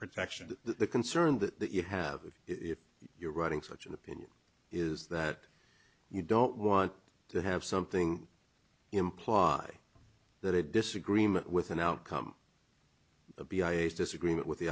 protection the concern that you have if you're writing such an opinion is that you don't want to have something imply that a disagreement with an outcome a b o h disagreement with the